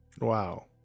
wow